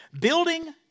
building